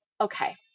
Okay